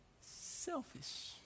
selfish